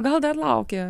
gal dar laukia